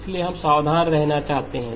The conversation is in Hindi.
इसलिए हम सावधान रहना चाहते हैं